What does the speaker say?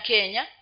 Kenya